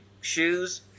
shoes